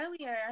earlier